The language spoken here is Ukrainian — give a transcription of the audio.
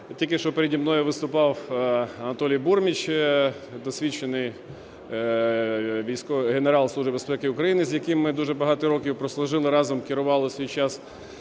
Тільки що переді мною виступав Анатолій Бурміч, досвідчений генерал Служби безпеки України, з яким ми дуже багато років прослужили разом, керували в свій час